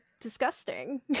disgusting